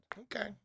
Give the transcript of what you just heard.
Okay